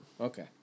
Okay